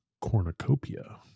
cornucopia